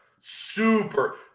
super